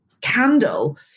candle